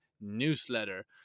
newsletter